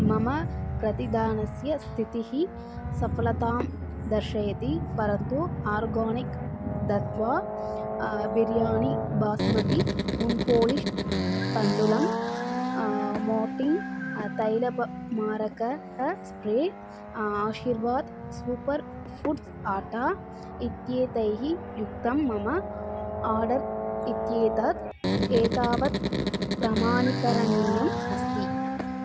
मम प्रतिदानस्य स्थितिः सफलतां दर्शयति परन्तु आर्गोणिक् दत्वा बिर्यानि बास्मति उण्पोळिश्ट् तण्डुलं मोर्टिन् तैलपमारकः spray Aashirvaad super foods atta इत्येतैः युक्तं मम आर्डर् इत्येतत् एतावत् प्रमाणीकरणीयम् अस्ति